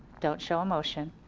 don't show emotion,